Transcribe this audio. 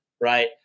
right